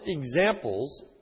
examples